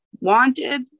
wanted